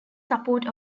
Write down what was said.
support